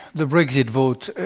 the brexit vote,